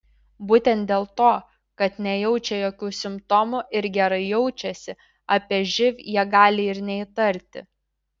būtent dėl to kad nejaučia jokių simptomų ir gerai jaučiasi apie živ jie gali ir neįtarti